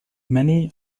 many